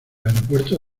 aeropuerto